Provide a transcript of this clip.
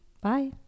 Bye